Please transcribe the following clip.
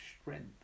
strength